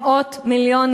מאות מיליונים.